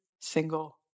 single